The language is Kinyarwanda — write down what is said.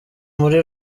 muri